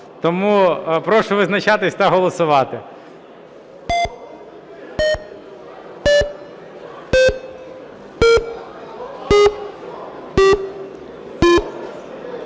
Тому прошу визначатися та голосувати.